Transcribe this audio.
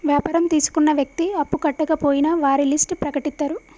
వ్యాపారం తీసుకున్న వ్యక్తి అప్పు కట్టకపోయినా వారి లిస్ట్ ప్రకటిత్తరు